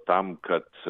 tam kad